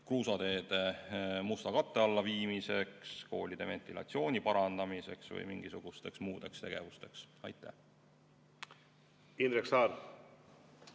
kruusateede musta katte alla viimiseks, koolide ventilatsiooni parandamiseks või mingisugusteks muudeks tegevusteks. Aitäh! Eks